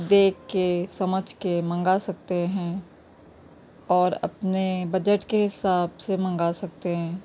دیکھ کے سمجھ کے منگا سکتے ہیں اور اپنے بجٹ کے حساب سے منگا سکتے ہیں